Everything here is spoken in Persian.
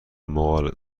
ملاقات